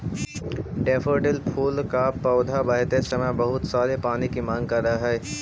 daffodil फूल का पौधा बढ़ते समय बहुत सारे पानी की मांग करअ हई